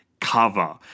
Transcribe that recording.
cover